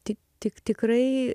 tik tik tikrai